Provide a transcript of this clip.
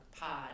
pod